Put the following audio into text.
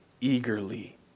eagerly